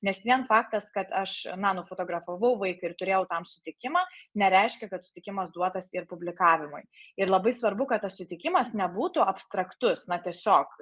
nes vien faktas kad aš na nufotografavau vaiką ir turėjau tam sutikimą nereiškia kad sutikimas duotas ir publikavimui ir labai svarbu kad tas sutikimas nebūtų abstraktus na tiesiog